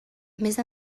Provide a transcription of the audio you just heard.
més